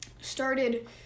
started